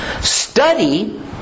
Study